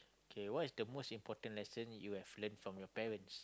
kay what is the most important lesson you have learnt from your parents